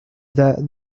that